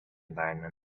environment